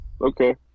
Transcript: okay